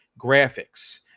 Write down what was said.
graphics